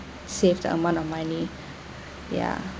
save the amount of money ya